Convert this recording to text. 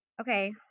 Okay